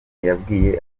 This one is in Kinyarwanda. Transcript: yabwiye